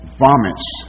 vomits